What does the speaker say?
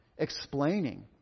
Explaining